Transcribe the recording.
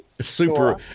Super